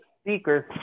speaker's